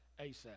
ASAP